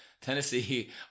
Tennessee